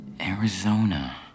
Arizona